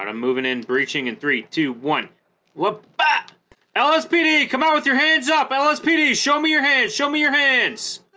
um moving in breaching in three two one what but lspd come out with your hands up lspd show me your hands show me your hands